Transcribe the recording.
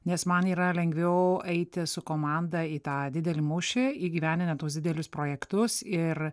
nes man yra lengviau eiti su komanda į tą didelį mūšį įgyvendinant tuos didelius projektus ir